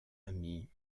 amis